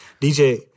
DJ